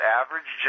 average